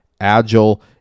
agile